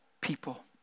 people